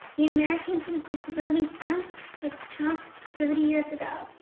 the americans with disabilities act was passed thirty years ago.